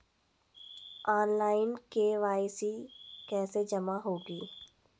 Online KYC कैसे जमा होगी?